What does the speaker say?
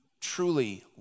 truly